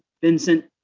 Vincent